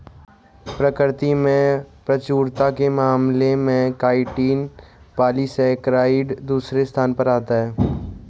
प्रकृति में प्रचुरता के मामले में काइटिन पॉलीसेकेराइड दूसरे स्थान पर आता है